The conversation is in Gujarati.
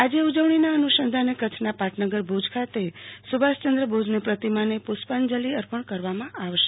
આજે ઉજવણીના અનુસંધાને કચ્છના પાટનગર ભુજ ખાતે સુભાષયન્દ્ર બોઝની પ્રતિમાને પુષ્પાંજલિ અપાશે